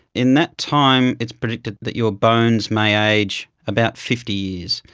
in that time it's predicted that your bones may age about fifty years.